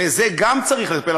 וגם בזה צריך לטפל.